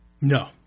No